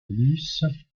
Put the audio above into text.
luce